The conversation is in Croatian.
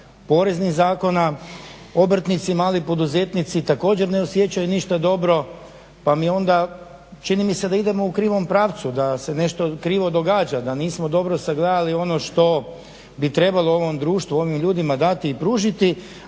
poreznih zakona. Obrtnici i mali poduzetnici također ne osjećaju ništa dobro pa mi je onda čini mi se da idemo u krivom pravcu, da se nešto krivo događa, da nismo dobro sagledali ono što bi trebalo ovom društvu, ovim ljudima dati i pružiti.